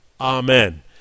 Amen